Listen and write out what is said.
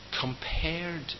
Compared